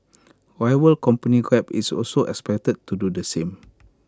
rival company grab is also expected to do the same